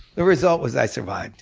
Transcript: the result was i survived